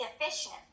efficient